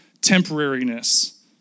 temporariness